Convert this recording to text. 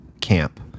camp